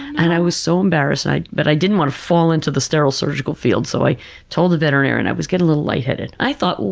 and i was so embarrassed, but i didn't want to fall into the sterile surgical field, so i told the veterinarian i was getting a little light-headed. i thought,